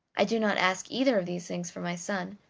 i do not ask either of these things for my son,